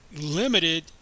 limited